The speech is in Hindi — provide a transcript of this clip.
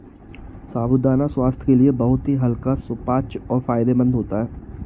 साबूदाना स्वास्थ्य के लिए बहुत ही हल्का सुपाच्य और फायदेमंद होता है